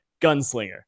gunslinger